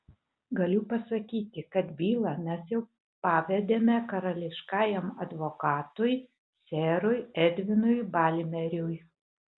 galiu pasakyti kad bylą mes jau pavedėme karališkajam advokatui serui edvinui balmeriui